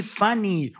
funny